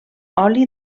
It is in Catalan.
oli